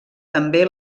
també